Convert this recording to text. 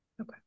Okay